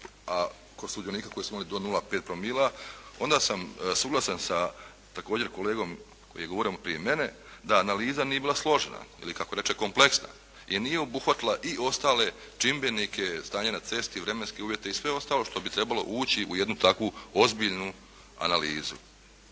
do 0, sudionika koji su imali do 0,5 promila onda sam suglasan sa također kolegom koji je govorio prije mene, da analiza nije bila složena ili kako reče kompleksna, jer nije obuhvatila i ostale čimbenike stanja na ceste, vremenske uvjete i sve ostalo što bi trebalo ući u jednu takvu ozbiljnu analizu.